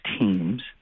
teams